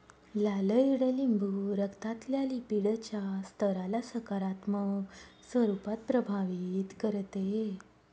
लाल ईडलिंबू रक्तातल्या लिपीडच्या स्तराला सकारात्मक स्वरूपात प्रभावित करते